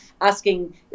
asking